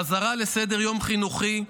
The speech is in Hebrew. החזרה לסדר-יום חינוכי,